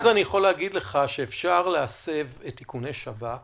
אני יכול להגיד לך שאפשר להסב את איכוני שב"כ